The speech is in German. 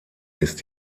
ist